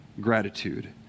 gratitude